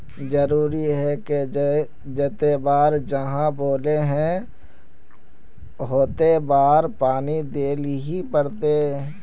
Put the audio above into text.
जरूरी है की जयते बार आहाँ बोले है होते बार पानी देल ही पड़ते?